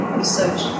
research